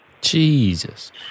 Jesus